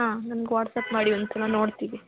ಹಾಂ ನನ್ಗೆ ವಾಟ್ಸ್ಆ್ಯಪ್ ಮಾಡಿ ಒಂದು ಸಲ ನಾ ನೋಡ್ತೀವಿ